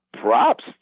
props